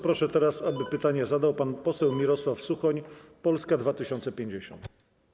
Proszę, aby pytanie zadał pan poseł Mirosław Suchoń, Polska 2050.